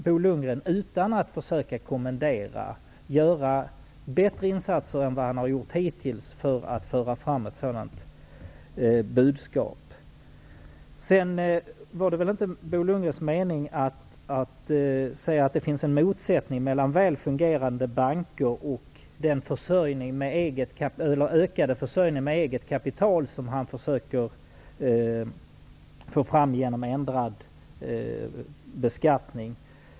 Bo Lundgren kan utan att försöka kommendera göra bättre insatser än vad han har gjort hittills för att föra fram ett sådant budskap. Det var väl inte Bo Lundgrens mening att säga att det finns en motsättning mellan väl fungerande banker och den ökade försörjning med eget kapital som han försöker få fram genom ändrade beskattningsregler.